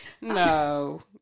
No